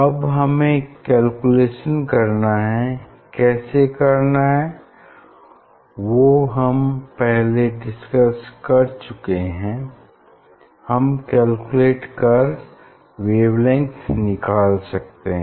अब हमें कैलकुलेशन करना है कैसे करना है वो हम पहले डिस्कस कर चुके हैं हम कैलकुलेट कर वेवलेंथ निकाल सकते हैं